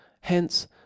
Hence